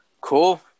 Cool